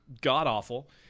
god-awful